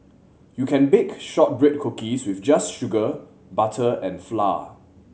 you can bake shortbread cookies with just sugar butter and flour